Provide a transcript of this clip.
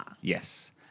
Yes